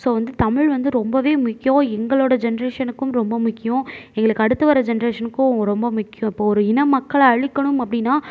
so வந்து தமிழ் வந்து ரொம்பவே முக்கியம் எங்களோட ஜென்ரேஷனுக்கும் ரொம்ப முக்கியம் எங்களுக்கு அடுத்து வர்ற ஜென்ரேஷனுக்கும் ரொம்ப முக்கியம் இப்போது ஒரு இன மக்கள அழிக்கணும் அப்படினா